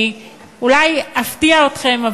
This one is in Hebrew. אני אולי אפתיע אתכם,